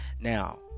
Now